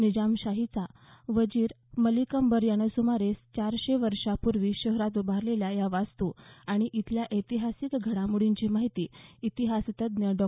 निजामशाहीचा वजीर मलिक अंबर यानं सुमारे चारशे वर्षांपूर्वी शहरात उभारलेल्या या वास्तू आणि इथल्या ऐतिहासिक घडामोडींची माहिती इतिहासतज्ज्ञ डॉ